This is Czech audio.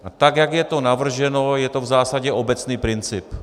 A tak jak je to navrženo, je to v zásadě obecný princip.